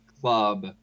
club